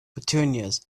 petunias